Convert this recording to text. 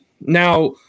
Now